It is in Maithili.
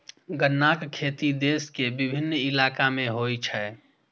गन्नाक खेती देश के विभिन्न इलाका मे होइ छै